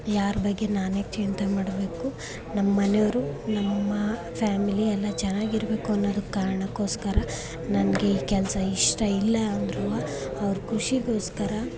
ಯಾರ ಬಗ್ಗೆ ನಾನ್ಯಾಕೆ ಚಿಂತೆ ಮಾಡಬೇಕು ನಮ್ಮ ಮನೆಯವ್ರು ನಮ್ಮ ಫ್ಯಾಮಿಲಿ ಎಲ್ಲ ಚೆನ್ನಾಗಿರಬೇಕು ಅನ್ನೋದಕ್ ಕಾರಣಕೋಸ್ಕರ ನನಗೆ ಈ ಕೆಲಸ ಇಷ್ಟ ಇಲ್ಲ ಅಂದ್ರೂ ಅವ್ರ ಖುಷಿಗೋಸ್ಕರ